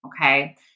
okay